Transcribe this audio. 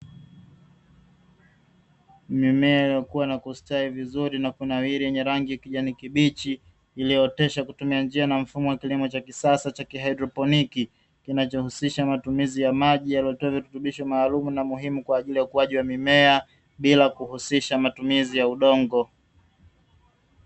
Mimea iliyokua na kusitawi vizuri na kunawiri, yenye rangi ya kijani kibichi iliyooteshwa kwa kutumia njia na mfumo wa kilimo cha kisasa cha kihaidroponiki, kinachohusisha matumizi ya maji yaliyotiwa virutubisho maalumu na muhimu kwa ajili ya ukuaji wa mimea, bila kuhusisha matumizi ya udongo.